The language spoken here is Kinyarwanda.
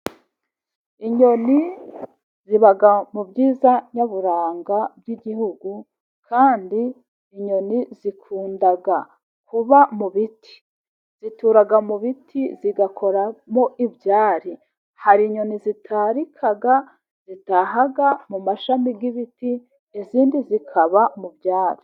Inyoni ziba mu byiza nyaburanga by'igihugu, kandi inyoni zikunda kuba mu biti, zitura mu biti zigakoramo ibyari, hari inyoni zitarika zitaha mu mashami y'ibiti, izindi zikaba mu byari.